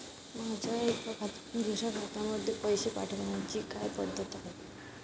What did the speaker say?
माझ्या एका खात्यातून दुसऱ्या खात्यामध्ये पैसे पाठवण्याची काय पद्धत आहे?